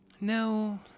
No